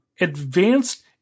advanced